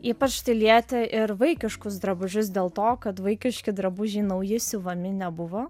ypač tai lietė ir vaikiškus drabužius dėl to kad vaikiški drabužiai nauji siuvami nebuvo